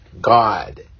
god